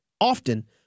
often